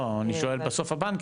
לא, אני שואל, בסוף הבנקים.